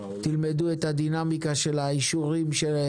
תלמדו את הדינאמיקה של האישורים.